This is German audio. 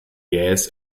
jähes